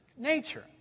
nature